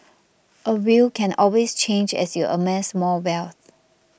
a will can always change as you amass more wealth